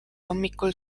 hommikul